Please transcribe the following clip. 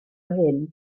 hyn